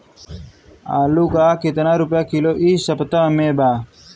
आलू का कितना रुपया किलो इह सपतह में बा?